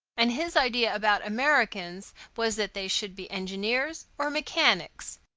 and his idea about americans was that they should be engineers or mechanics.